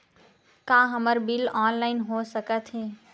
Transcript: का हमर bill online हो सकत हे?